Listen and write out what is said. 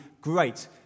great